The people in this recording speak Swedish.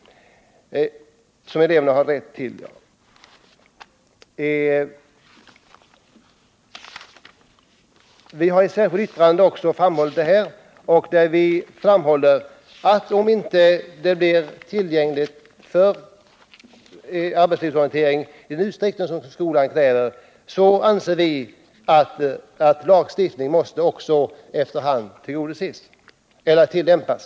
Vi har i ett särskilt yttrande framhållit att om inte tillräckligt många platser för den praktiska arbetslivsorienteringen blir tillgängliga — i den utsträckning som skolan kräver — så anser vi att lagstiftning måste tillgripas.